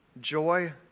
joy